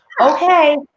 okay